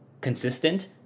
consistent